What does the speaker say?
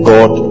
God